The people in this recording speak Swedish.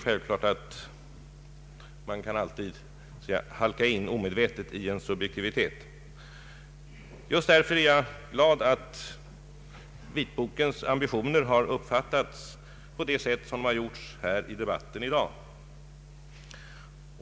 Naturligtvis kan man alltid omedvetet halka in i en subjektivitet. Därför är jag glad att vitbokens ambitioner uppfattats på det sätt som man gjort här i debatten i dag.